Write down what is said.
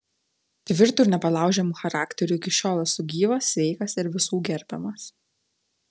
tvirtu ir nepalaužiamu charakteriu iki šiol esu gyvas sveikas ir visų gerbiamas